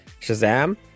shazam